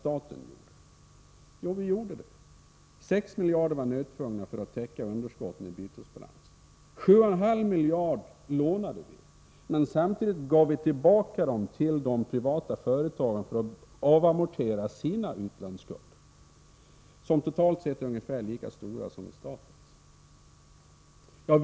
6 miljarder var det nödtvunget att låna för att täcka underskotten i bytesbalansen. 7,5 miljarder lånade vi visserligen, men vi gav dem till de privata företagen för att de skulle amortera sina skulder, som totalt sett är ungefär lika stora som statens.